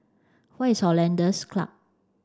where is Hollandse Club